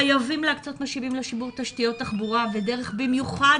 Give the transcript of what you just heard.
חייבים להקצות משאבים לשיפור תשתיות תחבורה ודרך במיוחד